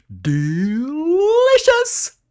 delicious